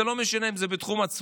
זה לא משנה אם זה בתחום הצבאי,